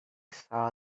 saw